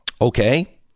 Okay